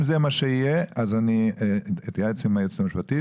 אם זה מה שיהיה אז אני אתייעץ עם היועצת המשפטית.